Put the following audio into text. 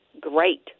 Great